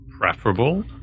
preferable